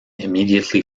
immediately